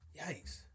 yikes